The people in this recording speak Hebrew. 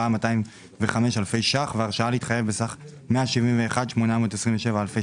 524,205 אלפי שקלים והרשאה להתחייב בסך 171,827 אלפי